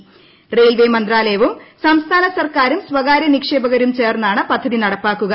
റ റയിൽവേ മന്ത്രാലയവും സംസ്ഥാന സർക്കാരും സ്വകാര്യ നിക്ഷേപകരും ചേർന്നാണ് പദ്ധതി നടപ്പാക്കുക